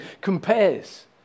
compares